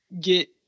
get